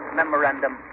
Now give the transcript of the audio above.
memorandum